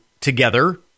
together